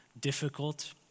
difficult